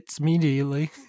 immediately